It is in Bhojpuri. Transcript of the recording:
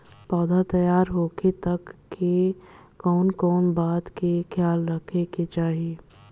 पौधा तैयार होखे तक मे कउन कउन बात के ख्याल रखे के चाही?